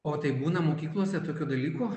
o tai būna mokyklose tokių dalykų